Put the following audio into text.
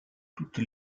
toutes